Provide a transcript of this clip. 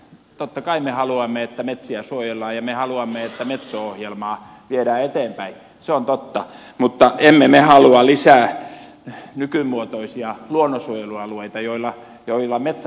totta kai me haluamme että metsiä suojellaan ja me haluamme että metso ohjelmaa viedään eteenpäin se on totta mutta emme me halua lisää nykymuotoisia luonnonsuojelualueita joissa metsätalous loppuu